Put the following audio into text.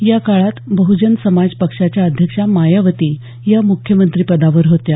या काळात बहुजन समाज पक्षाच्या अध्यक्षा मायावती या मुख्यमंत्री पदावर होत्या